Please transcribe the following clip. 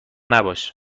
نباش